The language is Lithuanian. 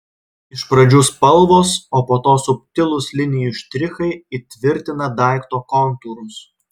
iš pradžių spalvos o po to subtilūs linijų štrichai įtvirtina daikto kontūrus